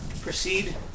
proceed